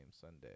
Sunday